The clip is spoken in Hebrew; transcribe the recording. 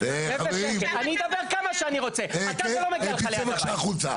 אני אדבר כמה שאני רוצה -- תצא בבקשה החוצה,